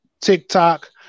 TikTok